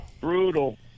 Brutal